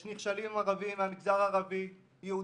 יש נכשלים ערבים מהמגזר הערבי, יהודים,